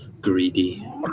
greedy